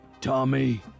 Tommy